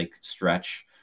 stretch